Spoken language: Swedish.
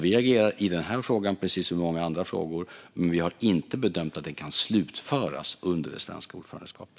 Vi agerar därför i denna fråga precis som i många andra frågor, men vi har inte bedömt att den kan slutföras under det svenska ordförandeskapet.